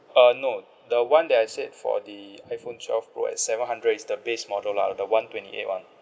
uh no the one that I said for the iPhone twelve pro at seven hundred is the base model lah the one twenty eight [one]